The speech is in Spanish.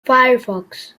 firefox